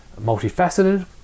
multifaceted